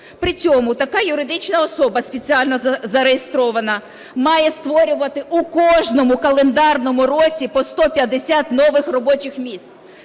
При цьому така юридична особа спеціально зареєстрована, має створювати у кожному календарному році по 150 нових робочих місць.